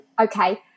Okay